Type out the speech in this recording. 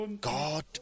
God